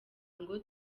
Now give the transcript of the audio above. ngo